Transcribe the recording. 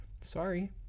sorry